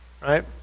Right